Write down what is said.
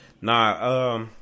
Nah